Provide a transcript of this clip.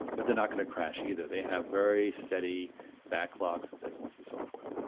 but they're not gonna crash either. they have very steady backlogs of business and so forth.